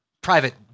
private